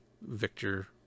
victor